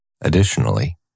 Additionally